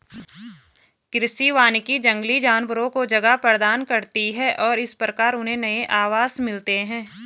कृषि वानिकी जंगली जानवरों को जगह प्रदान करती है और इस प्रकार उन्हें नए आवास मिलते हैं